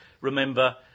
remember